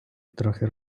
трохи